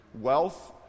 wealth